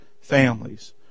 families